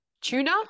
tuna